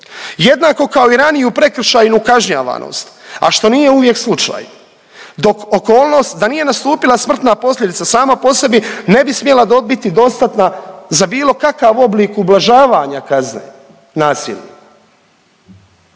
jednako kao i raniju prekršajnu kažnjavanost, a što nije uvijek slučaj. Dok okolnost da nije nastupila smrtna posljedica sama po sebi ne bi smjela biti dostatna za bilo kakav oblik ublažavanja kazne nasilju.